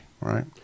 right